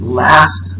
last